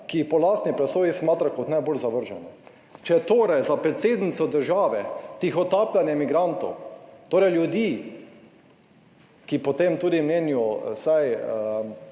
jih po lastni presoji smatra kot najbolj zavržene. Če torej za predsednico države tihotapljenje migrantov, torej ljudi, ki potem tudi menijo, vsaj